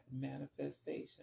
manifestation